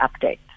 update